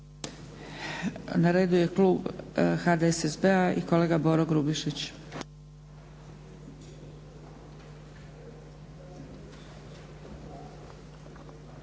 Na redu je klub HDSSB-a i kolega Boro Grubišić.